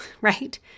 right